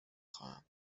خواهم